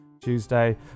Tuesday